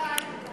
מתי?